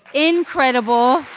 incredible